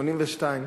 1982,